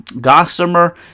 gossamer